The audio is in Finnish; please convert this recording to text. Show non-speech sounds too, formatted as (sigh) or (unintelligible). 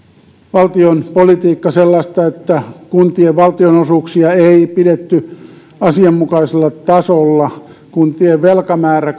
valtion politiikka sellaista että kuntien valtionosuuksia ei pidetty asianmukaisella tasolla kun tien velkamäärä (unintelligible)